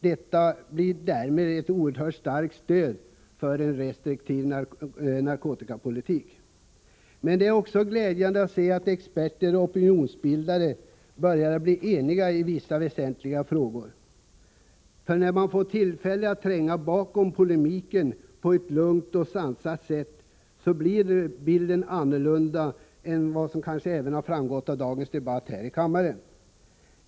Detta innebär ett oerhört starkt stöd för en restriktiv narkotikapolitik. Det är också glädjande att se att experter och opinionsbildare börjar bli eniga i vissa väsentliga frågor. När man får tillfälle att tränga bakom polemiken på ett lugnt och satsat sätt blir bilden annorlunda än vad som kanske även har framgått av dagens debatt här i kammaren.